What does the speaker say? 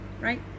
right